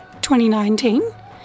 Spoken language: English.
2019